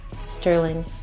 Sterling